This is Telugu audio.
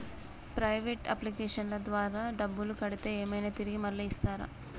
ప్రైవేట్ అప్లికేషన్ల ద్వారా డబ్బులు కడితే ఏమైనా తిరిగి మళ్ళీ ఇస్తరా?